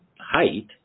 height